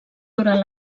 durant